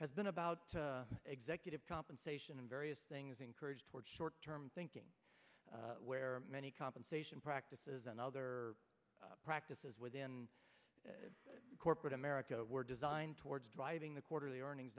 has been about executive compensation and various things encouraged toward short term thinking where many compensation practices and other practices within corporate america were designed towards driving the quarterly earnings